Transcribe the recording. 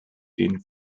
den